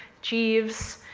jeeves,